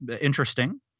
Interesting